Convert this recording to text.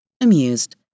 amused